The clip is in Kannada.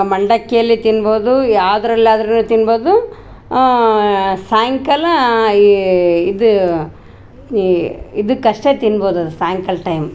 ಮಂಡಕ್ಕಿಯಲ್ಲಿ ತಿನ್ಬೋದು ಯಾವ್ದ್ರಲ್ಲಾದರೂ ತಿನ್ಬೋದು ಸಾಯಂಕಾಲ ಈ ಇದು ಈ ಇದಕಷ್ಟೇ ತಿನ್ಬೋದು ಅದು ಸಾಯಂಕಾಲ ಟೈಮ್